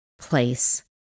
place